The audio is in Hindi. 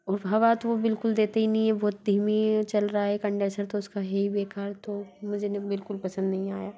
और हवा तो बिल्कुल देता ही नहीं है वो धीमा चल रहा है कंडेसर तो उसका है ही बेकार तो मुझे ना बिल्कुल पसंद नहीं आया